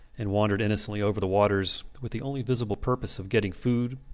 and wandered innocently over the waters with the only visible purpose of getting food,